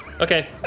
Okay